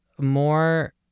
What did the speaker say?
more